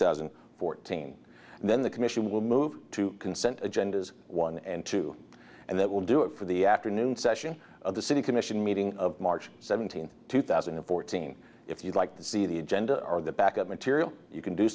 thousand and fourteen and then the commission will move to consent agendas one and two and that will do it for the afternoon session of the city commission meeting of march seventeenth two thousand and fourteen if you'd like to see the agenda or the backup material you can do